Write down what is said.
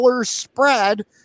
spread